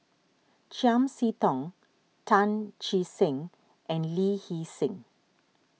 Chiam See Tong Tan Che Sang and Lee Hee Seng